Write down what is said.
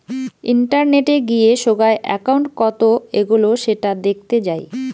ইন্টারনেটে গিয়ে সোগায় একউন্ট কত এগোলো সেটা দেখতে যাই